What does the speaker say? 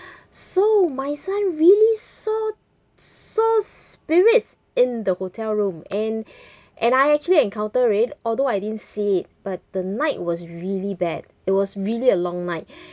so my son really saw saw spirits in the hotel room and and I actually encounter it although I didn't see it but the night was really bad it was really a long night